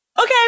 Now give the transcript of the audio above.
okay